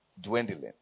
dwindling